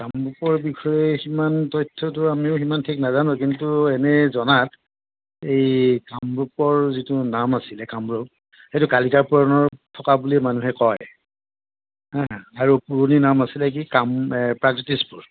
কামৰূপৰ বিষয়ে সিমান তথ্যটো আমিও সিমান ঠিক নাজানো কিন্তু এনেয়ে জনাত এই কামৰূপৰ যিটো নাম আছিলে কামৰূপ সেইটো কালিকা পুৰাণৰ থকা বুলিয়েই মানুহে কয় হাঁ আৰু পুৰণি নাম আছিলে কি কাম প্ৰাগজ্যোতিষপুৰ